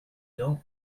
don’t